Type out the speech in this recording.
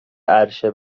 عرشه